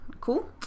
cool